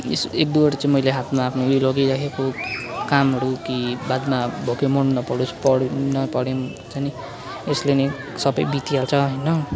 यसो एकदुइवटा चाहिँ मैले आफ्नो आफ्नोले लगिरहेको कामहरू कि बादमा भोकै मर्नु नपरोस् पढे पनि नपढे पनि हुन्छ नि यसले नै सबै बितिहाल्छ होइन